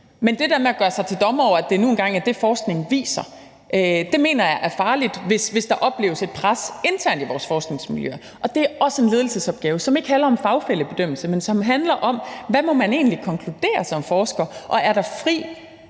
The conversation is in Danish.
men det der med at gøre sig til dommer over, hvad det nu engang er, forskningen viser, mener jeg er farligt, også hvis der opleves et pres internt i vores forskningsmiljøer. Det er også en ledelsesopgave, som ikke handler om fagfællebedømmelse, men som handler om, hvad man egentlig må konkludere som forsker, og om der er